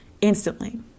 instantly